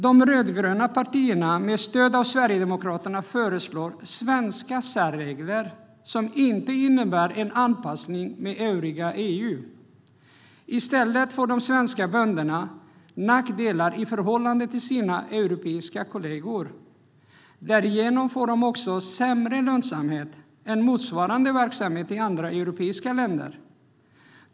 De rödgröna partierna med stöd av Sverigedemokraterna föreslår svenska särregler som inte innebär en anpassning till övriga EU. I stället får de svenska bönderna nackdelar i förhållande till sina europeiska kollegor. Därigenom får de också sämre lönsamhet än motsvarande verksamhet i andra europeiska länder.